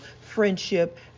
friendship